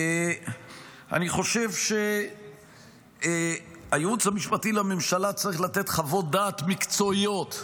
אני חושב שהייעוץ המשפטי לממשלה צריך לתת חוות דעת מקצועיות,